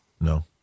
No